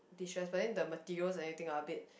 disrespecting the materials anything a bit